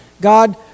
God